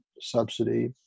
subsidy